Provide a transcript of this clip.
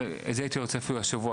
זה הייתי רוצה אפילו השבוע,